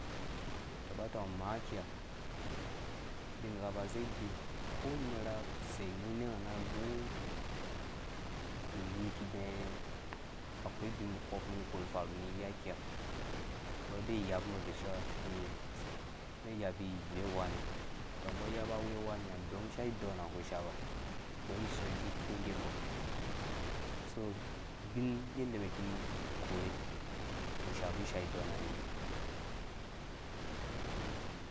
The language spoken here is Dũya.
Tɔ ba tɔng maa kiha ubingha ba zĩ bi konerha sei ni nɛ nga ne gũ inu ki dɛɛ akwai ubinkpɔ nu ni korhu faru ni iya kiha mbɔ de yapu mbɔ de cewa mɛn yapi we uwani mbɔ ba wɛ weni ha no don ta ishaa idon ha ngɔ so ubin yende mɛn ki korhe ni shapi ishaadɔn niyɔ.